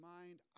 mind